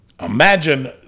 Imagine